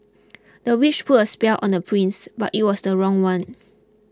the witch put a spell on the prince but it was the wrong one